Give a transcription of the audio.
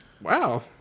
Wow